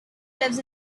lives